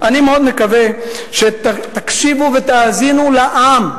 אני מאוד מקווה שתקשיבו ותאזינו לעם.